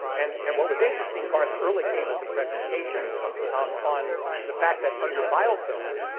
and and what was interesting, garth ehrlich gave us a presentation on the fact that under biofilms,